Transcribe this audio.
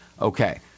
Okay